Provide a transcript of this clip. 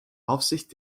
aufsicht